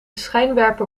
schijnwerper